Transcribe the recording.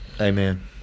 Amen